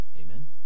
Amen